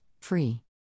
free